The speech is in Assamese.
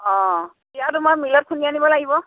অ' চিৰাটো মই মিলত খুন্দি আনিব লাগিব